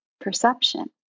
perception